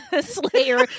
Slayer